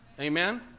Amen